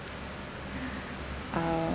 uh